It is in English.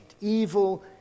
Evil